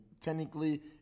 technically